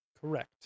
Correct